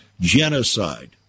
genocide